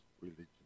religion